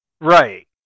Right